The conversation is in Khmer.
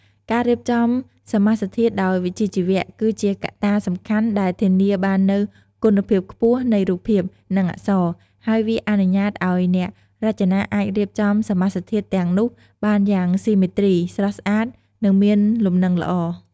ការរៀបចំសមាសធាតុដោយវិជ្ជាជីវៈ គឺជាកត្តាសំខាន់ដែលធានាបាននូវគុណភាពខ្ពស់នៃរូបភាព និងអក្សរ ហើយវាអនុញ្ញាតឲ្យអ្នករចនាអាចរៀបចំសមាសធាតុទាំងនោះបានយ៉ាងស៊ីមេទ្រី ស្រស់ស្អាត និងមានលំនឹងល្អ។